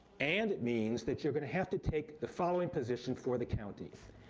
and it means that you're gonna have to take the following positions for the county,